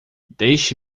deixa